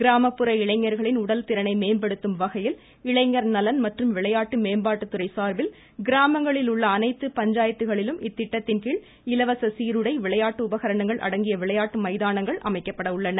கிராமப்புற இளைஞர்களின் உடல் திறனை மேம்படுத்தும்வகையில் இளைஞர் நலன் மற்றும் விளையாட்டு மேம்பாட்டுத்துறை சார்பில் கிராமங்களில் உள்ள அனைத்து பஞ்சாயத்துகளிலும் இத்திட்டத்தின்மூலம் இலவச சீருடை விளையாட்டு உபகரணங்கள் அடங்கிய விளையாட்டு மைதானங்கள் அமைக்கப்பட உள்ளன